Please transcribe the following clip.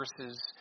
verses